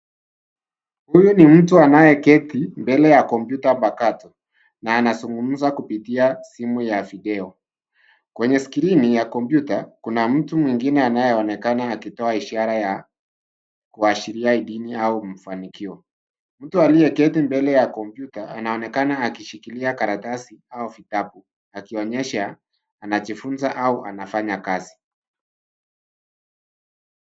Huyu ni mtu anayeketi mbele ya kompyuta mpakato na anazungumza kupitia simu ya video. Kwenye skrini ya kompyuta, kuna mtu mwengine anayeonekana akitoa ishara ya kuashiria idhini au mafanikio. Mtu aliyeketi mbele ya kompyuta anaonekana akishikilia karatasi au vitabu akionyesha, anajifunza au anafanya kazi.